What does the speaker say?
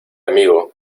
amigo